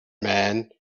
man